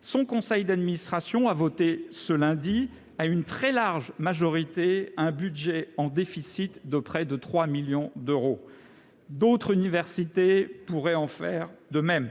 son conseil d'administration a voté lundi dernier, à une très large majorité, un budget en déficit de près de 3 millions d'euros. D'autres universités pourraient faire de même.